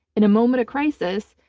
in a moment of crisis,